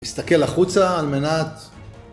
תסתכל החוצה על מנת...